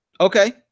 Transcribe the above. okay